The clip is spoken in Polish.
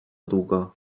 długo